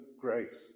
grace